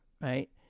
right